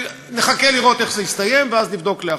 נחכה לראות איך זה יסתיים, ואז נבדוק לאחור.